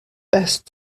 best